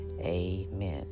Amen